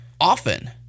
often